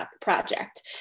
project